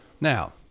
now